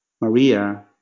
Maria